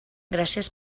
gràcies